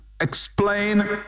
explain